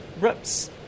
rips